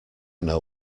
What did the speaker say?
know